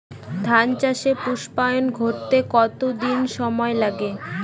ধান চাষে পুস্পায়ন ঘটতে কতো দিন সময় লাগে?